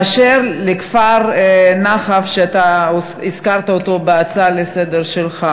באשר לכפר נחף, שאתה הזכרת בהצעה לסדר-היום שלך,